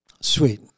Sweet